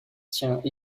tient